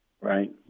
Right